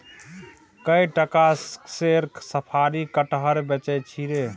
कए टका सेर साफरी कटहर बेचय छी रे